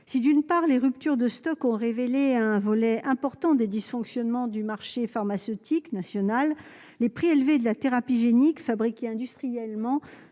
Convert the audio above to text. si d'une part, les ruptures de stocks ont révélé un volet important des dysfonctionnements du marché pharmaceutique nationale, les prix élevés de la thérapie génique, fabriqués industriellement